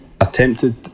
attempted